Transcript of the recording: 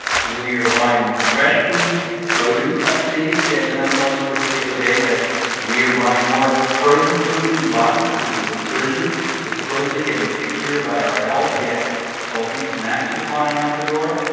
we're buying more fresh food, produce i see, yet then i saw a statistic the other day that we're buying more frozen food in boxes. this is a resurgence. we're supposedly getting pickier about our health yet salty snacks are flying out the door.